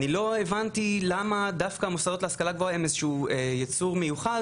ואני לא הבנתי למה דווקא המוסדות להשכלה גבוהה הם יצור מיוחד